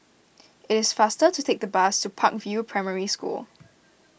it is faster to take the bus to Park View Primary School